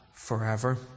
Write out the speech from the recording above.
forever